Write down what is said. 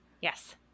Yes